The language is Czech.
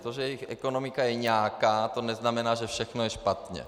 To, že jejich ekonomika je nějaká, neznamená, že všechno je špatně.